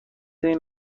این